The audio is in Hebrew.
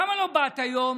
למה לא באת היום?